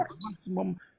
maximum